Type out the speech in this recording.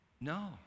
No